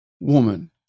woman